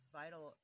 vital